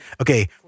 okay